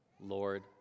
lord